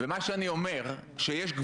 מכניסים כאן